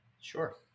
Sure